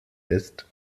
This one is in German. ist